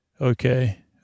Okay